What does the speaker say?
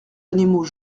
animaux